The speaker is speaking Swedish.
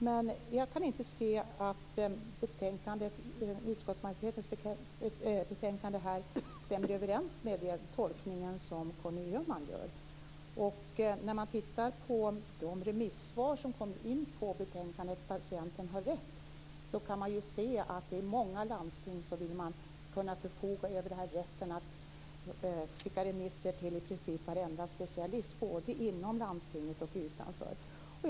Men jag kan inte se att utskottsmajoritetens skrivningar i betänkandet stämmer överens med den tolkning som Conny Öhman gör. Patienten har rätt vill man i många landsting kunna förfoga över rätten att skicka remisser till i princip varenda specialist, både inom och utanför landstinget.